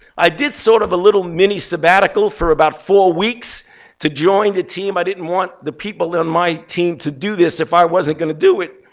i did sort of a little mini sabbatical for about four weeks to join the team. i didn't want the people on my team to do this if i wasn't going to do it,